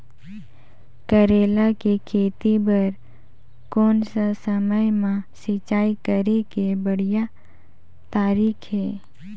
करेला के खेती बार कोन सा समय मां सिंचाई करे के बढ़िया तारीक हे?